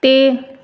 ਅਤੇ